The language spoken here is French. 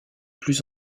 plus